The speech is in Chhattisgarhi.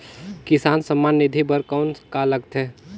किसान सम्मान निधि बर कौन का लगथे?